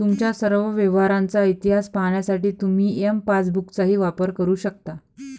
तुमच्या सर्व व्यवहारांचा इतिहास पाहण्यासाठी तुम्ही एम पासबुकचाही वापर करू शकता